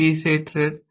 কি সেই থ্রেড